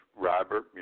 Robert